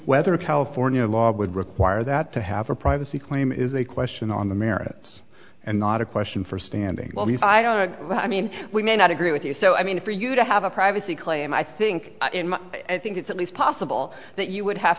whether california law would require that to have a privacy claim is a question on the merits and not a question for standing all these i don't know i mean we may not agree with you so i mean for you to have a privacy claim i think i think it's at least possible that you would have